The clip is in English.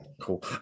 Cool